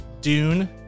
Dune